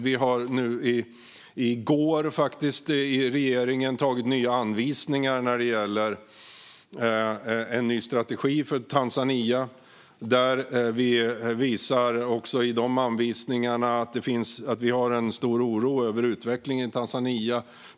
Vi har nu, i går faktiskt, i regeringen antagit nya anvisningar när det gäller en ny strategi för Tanzania där vi visar att vi känner en stor oro över utvecklingen där.